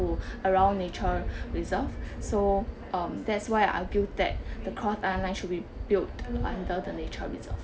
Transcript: to around nature reserve so um that's why I argue that the cross island line should be built under the nature reserve